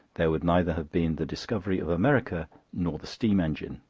there would neither have been the discovery of america nor the steam-engine.